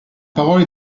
parole